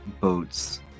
boats